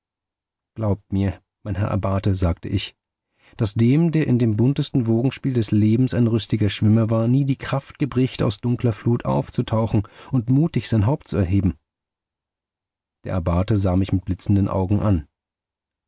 glaubt mir mein herr abbate sagte ich daß dem der in dem buntesten wogenspiel des lebens ein rüstiger schwimmer war nie die kraft gebricht aus dunkler flut aufzutauchen und mutig sein haupt zu erheben der abbate sah mich mit blitzenden augen an